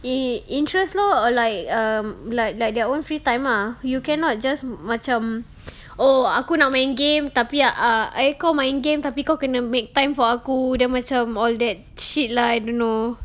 in~ interest lor or like um like like their own free time ah you cannot just macam oh aku nak main game tapi kau kena make time for aku macam all that shit lah I don't know